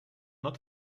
not